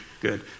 good